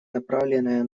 направленная